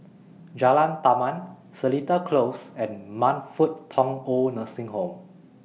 Jalan Taman Seletar Close and Man Fut Tong Old Nursing Home